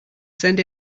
send